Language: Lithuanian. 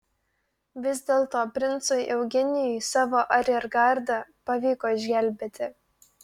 vis dėlto princui eugenijui savo ariergardą pavyko išgelbėti